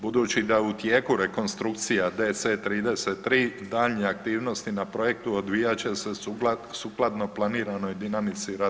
Budući da je u tijeku rekonstrukcija DC33 daljnje aktivnosti na projektu odvijat će se sukladno planiranoj dinamici radova.